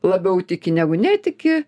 labiau tiki negu netiki